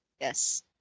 Yes